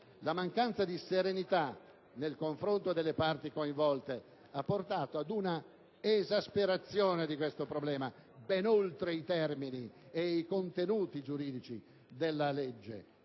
La mancanza di serenità nel confronto delle parti coinvolte ha portato ad una esasperazione del problema, ben oltre i termini e i contenuti giuridici del